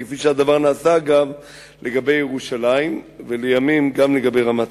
כפי שנעשה לגבי ירושלים ולימים גם לגבי רמת-הגולן.